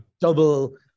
double